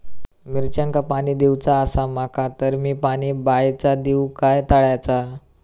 मिरचांका पाणी दिवचा आसा माका तर मी पाणी बायचा दिव काय तळ्याचा?